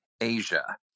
Asia